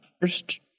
first